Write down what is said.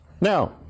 Now